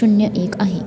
शून्य एक आहे